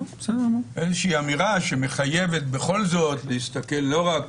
איזושהי אמירה שמחייבת להסתכל לא רק